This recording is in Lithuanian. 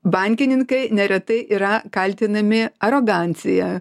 bankininkai neretai yra kaltinami arogancija